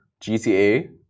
GTA